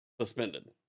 suspended